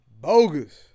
bogus